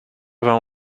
vingt